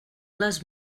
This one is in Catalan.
les